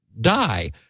die